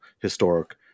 historic